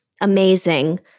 Amazing